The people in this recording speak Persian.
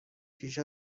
پیش